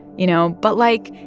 you know? but, like,